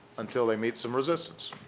until they meet some resistance.